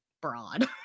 broad